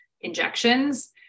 injections